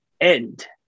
end